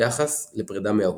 ביחס לפרידה מאהוב.